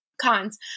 Cons